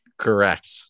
correct